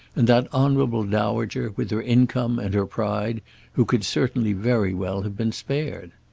and that honourable dowager, with her income and her pride who could certainly very well have been spared.